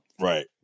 Right